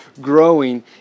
growing